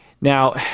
Now